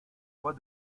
voix